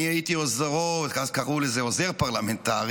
אני הייתי עוזרו, אז קראו לזה עוזר פרלמנטרי,